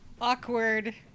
Awkward